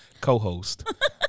co-host